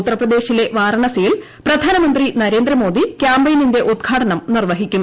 ഉത്തർപ്രദേശിലെ വാരാണസിയിൽ പ്രധാനമന്ത്രി നരേന്ദ്രമോദി കൃാമ്പയിനിന്റെ ഉദ്ഘാടനം നിർവ്വഹിക്കും